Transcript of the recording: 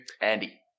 Andy